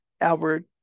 Albert